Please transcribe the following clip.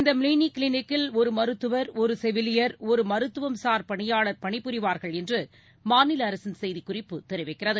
இந்த மினி கிளினிக்கில் ஒரு மருத்துவர் ஒரு செவிலியர் ஒரு மருத்துவம்சார் பணியாளர் பணிபுரிவார்கள் என்று மாநில அரசின் செய்திக்குறிப்பு தெரிவிக்கிறது